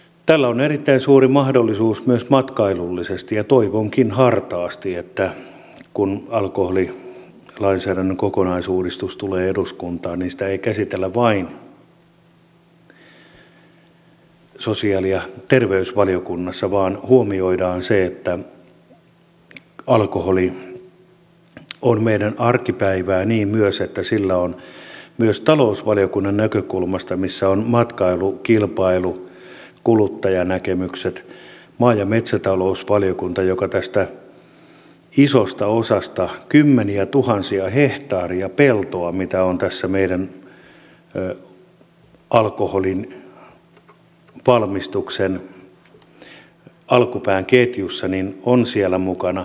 tällä on erittäin suuri mahdollisuus myös matkailullisesti ja toivonkin hartaasti että kun alkoholilainsäädännön kokonaisuudistus tulee eduskuntaan niin sitä ei käsitellä vain sosiaali ja terveysvaliokunnassa vaan huomioidaan paitsi se että alkoholi on meidän arkipäivää niin myös se että sillä on vaikutuksia myös talousvaliokunnan näkökulmasta missä on matkailu kilpailu kuluttajanäkemykset sekä se että maa ja metsätalousvaliokunta joka vastaa isosta osasta kymmeniätuhansia hehtaareja peltoa mitä on tässä meidän alkoholin valmistuksen alkupään ketjussa on siellä mukana